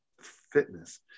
fitness